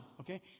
Okay